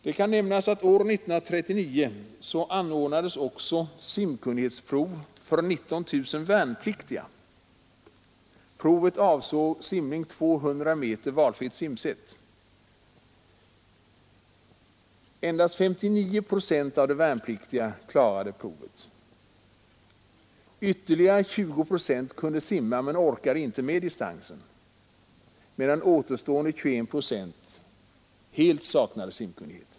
Det kan nämnas att år 1939 anordnades också simkunnighetsprov för 19 000 värnpliktiga. Provet avsåg simning 200 meter valfritt simsätt. Endast 59 procent av de värnpliktiga klarade provet. Ytterligare 20 procent kunde simma men orkade inte med distansen, medan återstående 21 procent helt saknade simkunnighet.